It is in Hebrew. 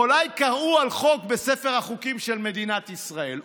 אולי קראו על חוק בספר החוקים של מדינת ישראל,